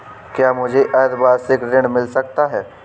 क्या मुझे अर्धवार्षिक ऋण मिल सकता है?